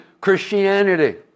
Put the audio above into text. Christianity